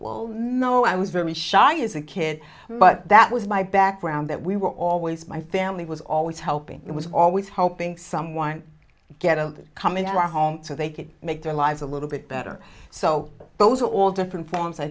will know i was very shy as a kid but that was my background that we were always my family was always helping it was always helping someone get to come into a home so they could make their lives a little bit better so those are all different